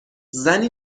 زنی